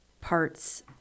parts